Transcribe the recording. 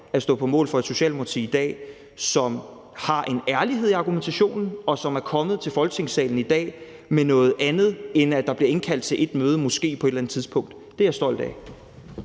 at stå på mål for et Socialdemokrati i dag, som har en ærlighed i argumentationen, og som er kommet i Folketingssalen i dag med noget andet, end at der bliver indkaldt til ét møde, måske, på et eller andet tidspunkt. Det er jeg stolt af.